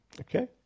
Okay